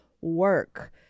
work